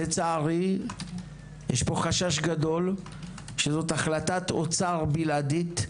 לצערי, יש פה חשש גדול, שזו החלטת אוצר בלעדית,